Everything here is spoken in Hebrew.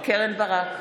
קרן ברק,